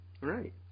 right